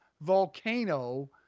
Volcano